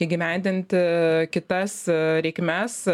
įgyvendinti kitas reikmes